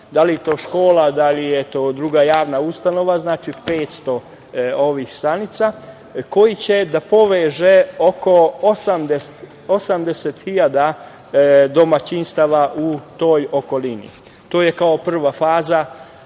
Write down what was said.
da li je to škola, da li je to druga javna ustanova, znači 500 ovih stanica koje će da povežu oko 80 hiljada domaćinstava u toj okolini.U drugoj fazi